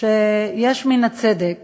שיש מן הצדק